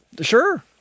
Sure